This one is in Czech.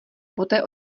poté